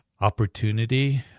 opportunity